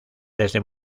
desde